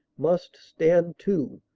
must stand to,